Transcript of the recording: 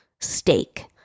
steak